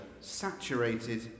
saturated